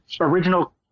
original –